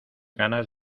ganas